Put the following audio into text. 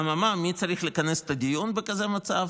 אממה, מי צריך לכנס את הדיון בכזה מצב?